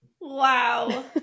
wow